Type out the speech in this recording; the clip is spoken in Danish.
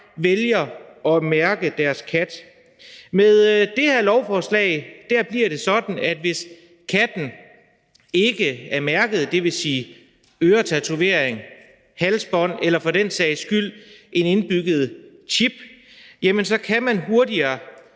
vælger at mærke deres kat. Med det her lovforslag bliver det sådan, at hvis katten ikke er mærket med øretatovering, halsbånd eller for den sags skyld en indbygget chip, kan man hurtigere